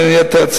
בין היתר,